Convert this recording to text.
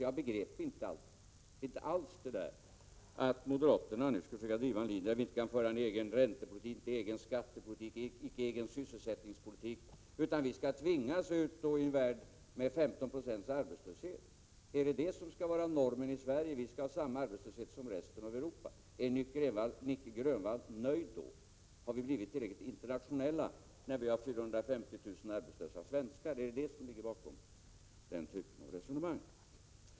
Jag begriper inte alls att moderaterna nu skall försöka driva en linje där vi inte kan föra en egen räntepolitik, skattepolitik eller sysselsättningspolitik, utan vi skall tvingas ut i en värld med 15 92 arbetslöshet. Skall det vara normen i Sverige att vi skall ha samma arbetslöshet som resten av Europa? Är Nic Grönvall nöjd då? Har vi blivit tillräckligt internationella när vi har 450 000 arbetslösa svenskar? Är det vad som ligger bakom denna typ av resonemang?